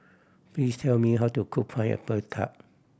please tell me how to cook Pineapple Tart